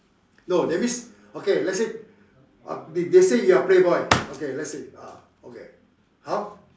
no that means okay let's say uh they they say you are a playboy okay let's say ah okay how